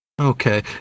Okay